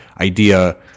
idea